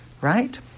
Right